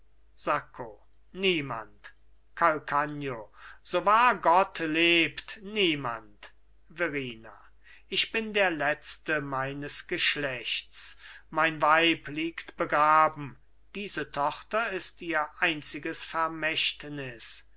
sacco niemand calcagno so wahr gott lebt niemand verrina ich bin der letzte meines geschlechts mein weib liegt begraben diese tochter ist ihr einziges vermächtnis